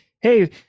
hey